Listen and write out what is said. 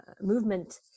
movement